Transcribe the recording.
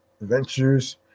adventures